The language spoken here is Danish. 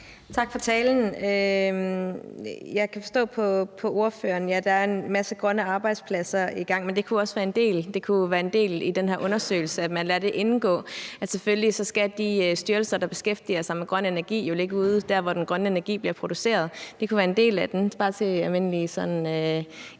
Tak for talen. Jeg kan forstå på ordføreren, at der er en masse grønne arbejdspladser i gang, men det kunne også være en del af den her undersøgelse, altså at man lader det indgå, at selvfølgelig skal de styrelser, der beskæftiger sig med grøn energi, jo ligge derude, hvor den grønne energi bliver produceret. Det kunne være en del af det – bare sådan til almindelig inspiration